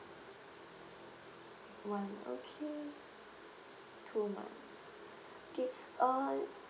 one okay two night okay uh